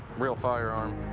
real firearm.